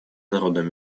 народам